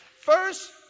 First